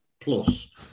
plus